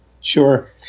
Sure